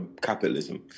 capitalism